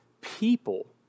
people